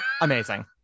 amazing